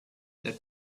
the